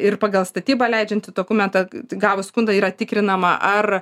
ir pagal statybą leidžiantį dokumentą gavus skundą yra tikrinama ar